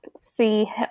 see